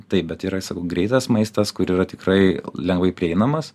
taip bet yra greitas maistas kur yra tikrai lengvai prieinamas